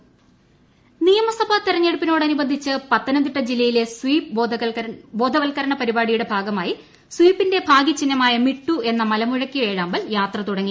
SVEEP Pathanamthitta നിയമസഭാ തെരഞ്ഞെടുപ്പിനോടനുബന്ധിച്ച് പത്തനംതിട്ട ജില്ലയിലെ സ്വീപ് ബോധവത്കരണ പരിപാടിയുടെ ഭാഗമായി സ്വീപിന്റെ ഭാഗൃചിഹ്നമായ മിട്ടു എന്ന മലമുഴക്കി വേഴാമ്പൽ യാത്ര തുടങ്ങി